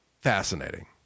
fascinating